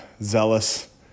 zealous